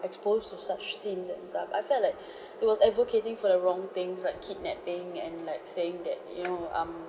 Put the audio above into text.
exposed to such scenes and stuff I felt like it was advocating for the wrong things like kidnapping and like saying that you know um